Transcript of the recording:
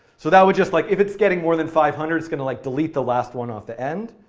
so that would just like, if its getting more than five hundred it's going to like delete the last one off the end.